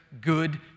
good